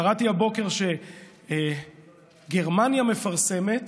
קראתי הבוקר שגרמניה מפרסמת